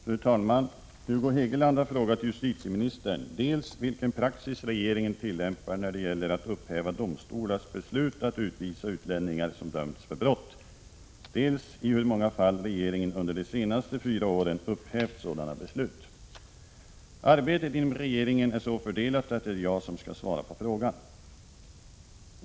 Fru talman! Hugo Hegeland har frågat justitieministern dels vilken praxis regeringen tillämpar när det gäller att upphäva domstolars beslut att utvisa utlänningar som dömts för brott, dels i hur många fall regeringen under de senaste fyra åren upphävt sådana beslut. Arbetet inom regeringen är så fördelat att det är jag som skall svara på frågan.